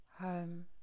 home